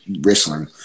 wrestling